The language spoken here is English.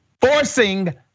forcing